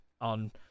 on